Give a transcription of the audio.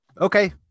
Okay